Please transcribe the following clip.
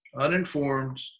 uninformed